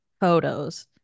photos